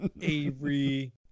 Avery